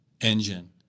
engine